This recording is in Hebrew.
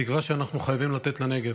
התקווה שאנחנו חייבים לתת לנגב,